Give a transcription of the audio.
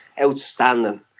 outstanding